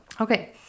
okay